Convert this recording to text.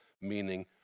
meaning